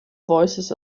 voices